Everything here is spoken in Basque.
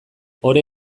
ore